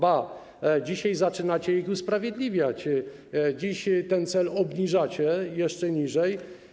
Ba, dzisiaj zaczynacie je usprawiedliwiać, dziś ten cel obniżacie jeszcze bardziej.